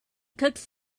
cooks